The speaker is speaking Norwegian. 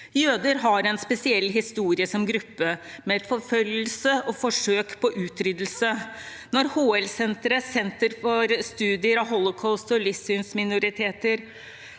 Jøder har en spesiell historie som gruppe, med forfølgelse og forsøk på utryddelse. Når HL-senteret, Senter for studier av Holocaust og livssynsminoriteter,